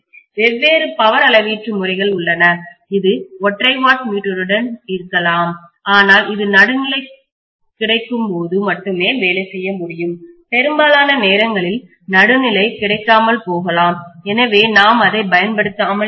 வெவ்வேறு பவர் அளவீட்டு முறைகள் உள்ளன இது ஒற்றை வாட் மீட்டருடன் இருக்கலாம் ஆனால் இது நடுநிலை கிடைக்கும்போது மட்டுமே வேலை செய்ய முடியும் பெரும்பாலான நேரங்களில் நடுநிலை கிடைக்காமல் போகலாம் எனவே நாம் அதைப் பயன்படுத்தாமல் இருக்கலாம்